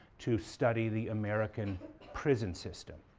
to study the american prison system.